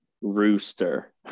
Rooster